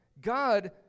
God